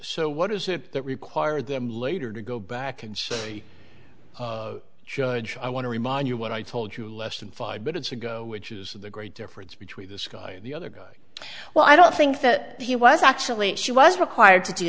so what is it that required them later to go back and say judge i want to remind you what i told you less than five minutes ago which is the great difference between this guy and the other guy well i don't think that he was actually she was required to do